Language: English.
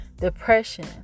Depression